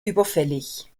überfällig